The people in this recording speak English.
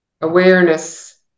awareness